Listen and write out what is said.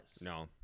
No